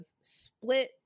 split